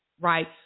Right